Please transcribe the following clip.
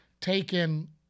taken